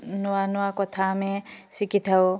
ନୂଆ ନୂଆ କଥା ଆମେ ଶିଖିଥାଉ